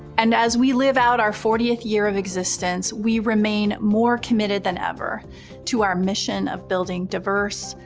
and as we live out our fortieth year of existence, we remain more committed than ever to our mission of building diverse,